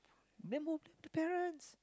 then both the parents